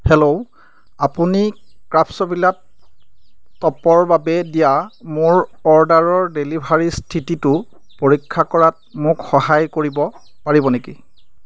hello আপুনি ক্ৰাফ্টছভিলাত টপৰ বাবে দিয়া মোৰ অৰ্ডাৰৰ ডেলিভাৰী স্থিতিটো পৰীক্ষা কৰাত মোক সহায় কৰিব পাৰিব নেকি